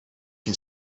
can